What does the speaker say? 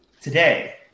today